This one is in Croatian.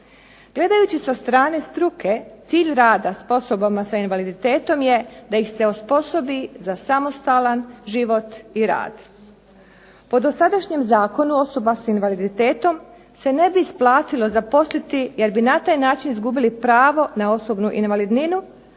Gledajući sa strane struke cilj rada s osobama s invaliditetom je da ih se osposobi za samostalan život i rad. Po dosadašnjem zakonu osoba s invaliditetom se ne bi isplatilo zaposliti jer bi na taj način izgubili pravo na osobnu invalidninu,